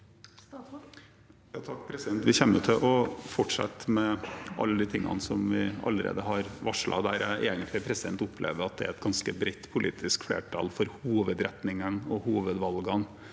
Moe Vi kommer til å fortsette med alle de tingene vi allerede har varslet. Der opplever jeg egentlig at det er et ganske bredt politisk flertall for hovedretningen og hovedvalgene